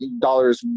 dollars